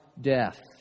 death